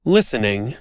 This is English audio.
Listening